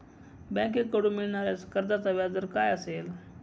बँकेकडून मिळणाऱ्या कर्जाचा व्याजदर काय असेल?